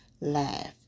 laugh